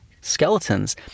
skeletons